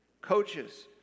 Coaches